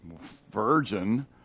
virgin